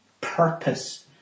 purpose